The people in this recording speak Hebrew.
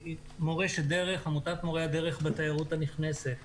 מורשת דרך, עמותת מורי הדרך בתיירות הנכנסת.